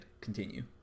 Continue